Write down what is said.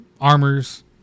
armors